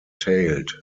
tailed